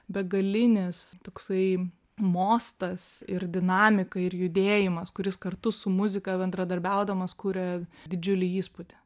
begalinis toksai mostas ir dinamika ir judėjimas kuris kartu su muzika bendradarbiaudamas kuria didžiulį įspūdį